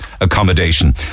accommodation